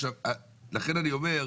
לכן אני אומר,